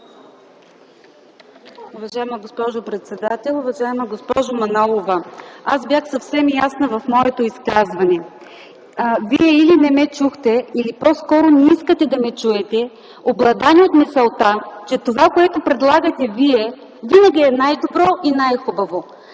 Уважаема госпожо председател! Уважаема госпожо Манолова, аз бях съвсем ясна в моето изказване. Вие или не ме чухте, или по-скоро не искате да ме чуете, обладани от мисълта, че това, което предлагате Вие, винаги е най-добро и най-хубаво.